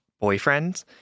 boyfriend